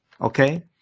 Okay